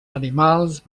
animals